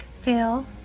Phil